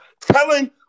telling